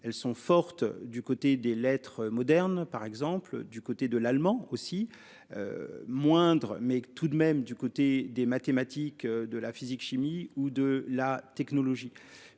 Elles sont fortes du côté des lettres modernes par exemple du côté de l'allemand aussi. Moindres mais tout de même du côté des mathématiques, de la physique chimie ou de la technologie